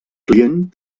client